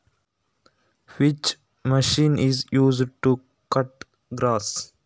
ಹುಲ್ಲನ್ನು ಕಟಾವು ಮಾಡಲು ಬಳಸುವ ಯಂತ್ರ ಯಾವುದು?